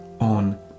on